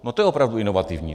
No to je opravdu inovativní.